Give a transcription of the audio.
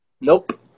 Nope